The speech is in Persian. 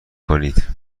کنید